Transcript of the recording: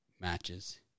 matches